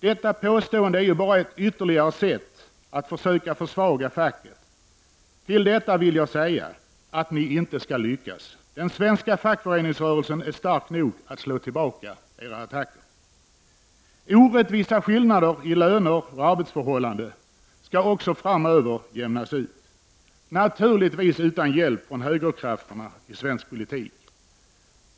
Detta påstående är ju bara ytterligare ett sätt att försöka försvaga facket. Till detta vill jag säga att ni inte skall lyckas. Den svenska fackföreningsrörelsen är stark nog att slå tillbaka era attacker. Orättvisa skillnader i löner och arbetsförhållande skall också framöver jämnas ut, naturligtvis utan hjälp från högerkrafterna i svensk politik.